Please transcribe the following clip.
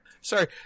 Sorry